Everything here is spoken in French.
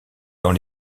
dans